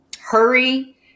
Hurry